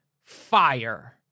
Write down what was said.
fire